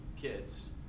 kids